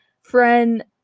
friend